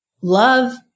love